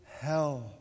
hell